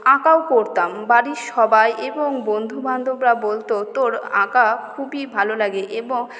আঁকাও করতাম বাড়ির সবাই এবং বন্ধুবান্ধবরা বলতো তোর আঁকা খুবই ভালো লাগে